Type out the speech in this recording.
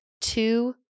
two